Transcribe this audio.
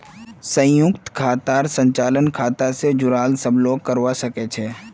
संयुक्त खातार संचालन खाता स जुराल सब लोग करवा सके छै